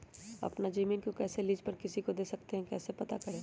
अपना जमीन को कैसे लीज पर किसी को दे सकते है कैसे पता करें?